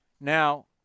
Now